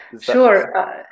Sure